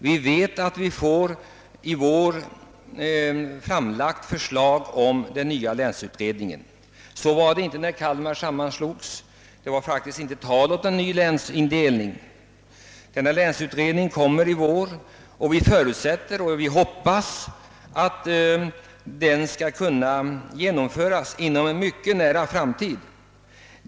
Vi vet att ett förslag om ny länsindelning kommer att framläggas i vår. När det gällde sammanslagningen i Kalmar län var det inte tal om någon ny länsindelning. Vi förutsätter och hoppas att den nya länsindelningen skall kunna genomföras inom en mycket nära framtid.